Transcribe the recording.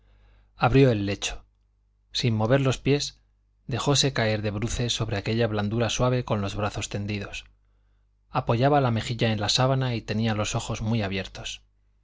abrió el lecho sin mover los pies dejose caer de bruces sobre aquella blandura suave con los brazos tendidos apoyaba la mejilla en la sábana y tenía los ojos muy abiertos